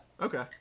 Okay